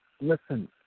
listen